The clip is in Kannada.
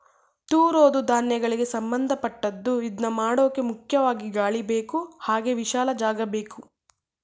ತೂರೋದೂ ಧಾನ್ಯಗಳಿಗೆ ಸಂಭಂದಪಟ್ಟದ್ದು ಇದ್ನಮಾಡೋಕೆ ಮುಖ್ಯವಾಗಿ ಗಾಳಿಬೇಕು ಹಾಗೆ ವಿಶಾಲ ಜಾಗಬೇಕು